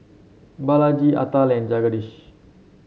Balaji Atal Jagadish